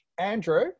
Andrew